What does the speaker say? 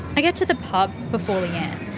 i get to the pub before leanne.